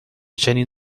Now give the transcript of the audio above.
چنین